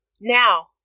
Now